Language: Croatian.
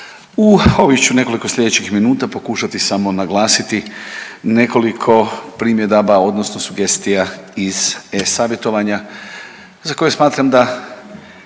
U ovih ću nekoliko sljedećih minuta pokušati samo naglasiti nekoliko primjedaba, odnosno sugestija iz e-savjetovanja za koje smatram da